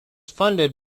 funded